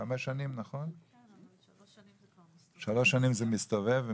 ושלוש שנים זה מסתובב.